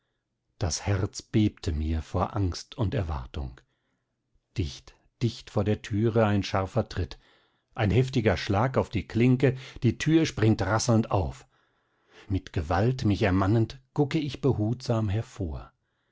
das herz bebte mir vor angst und erwartung dicht dicht vor der türe ein scharfer tritt ein heftiger schlag auf die klinke die tür springt rasselnd auf mit gewalt mich ermannend gucke ich behutsam hervor